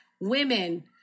women